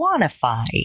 quantify